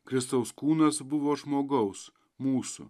kristaus kūnas buvo žmogaus mūsų